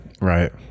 Right